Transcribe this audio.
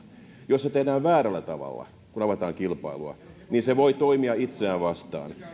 se tehdään väärällä tavalla kun avataan kilpailua niin se voi toimia itseään vastaan